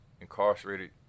incarcerated